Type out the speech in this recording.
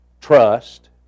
trust